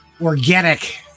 organic